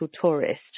tourist